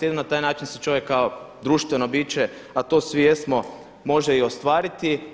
Jedino na taj način se čovjek kao društveno biće a to svi jesmo može i ostvariti.